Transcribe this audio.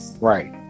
Right